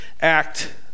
act